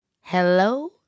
Hello